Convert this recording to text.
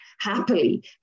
happily